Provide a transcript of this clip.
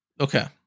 Okay